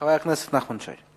חבר הכנסת נחמן שי.